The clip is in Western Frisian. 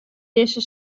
dizze